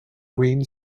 green